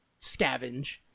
scavenge